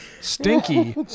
stinky